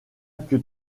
que